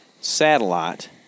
satellite